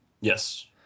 yes